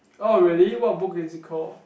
oh really what book is it call